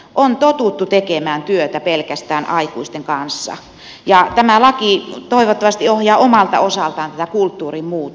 on totuttu tekemään työtä pelkästään aikuisten kanssa ja tämä laki toivottavasti ohjaa omalta osaltaan tätä kulttuurin muutosta